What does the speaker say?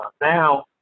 now